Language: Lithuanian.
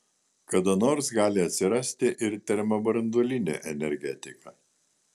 kada nors gali atsirasti ir termobranduolinė energetika